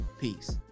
Peace